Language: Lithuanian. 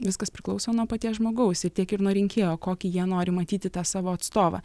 viskas priklauso nuo paties žmogaus ir tiek ir nuo rinkėjo kokį jie nori matyti tą savo atstovą